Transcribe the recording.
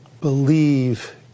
believe